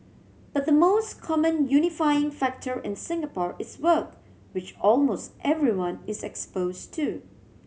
but the most common unifying factor in Singapore is work which almost everyone is expose to